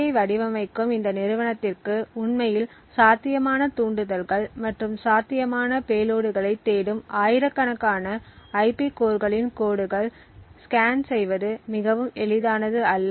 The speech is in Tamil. யை வடிவமைக்கும் இந்த நிறுவனத்திற்கு உண்மையில் சாத்தியமான தூண்டுதல்கள் மற்றும் சாத்தியமான பேலோடுகளைத் தேடும் ஆயிரக்கணக்கான ஐபி கோர்களின் கோடுகள் ஸ்கேன் செய்வது மிகவும் எளிதானது அல்ல